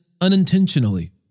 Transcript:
unintentionally